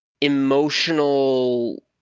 emotional